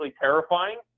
terrifying